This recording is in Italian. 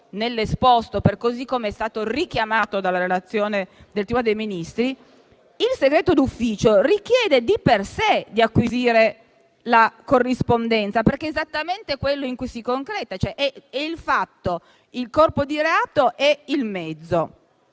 nell'esposto, così com'è stato richiamato dalla relazione del Tribunale dei Ministri, il segreto d'ufficio richiede di per sé di acquisire la corrispondenza, perché è esattamente quello in cui si concreta: è il fatto, il corpo di reato e il mezzo.